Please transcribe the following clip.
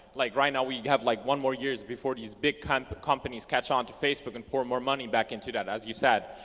like right now, we have like one more year before these big kind of companies catch on to facebook and pour more money back into that, as you said.